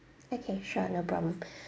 okay sure no problem